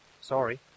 Sorry